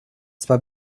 zwar